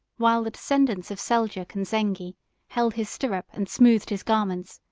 while the descendants of seljuk and zenghi held his stirrup and smoothed his garments,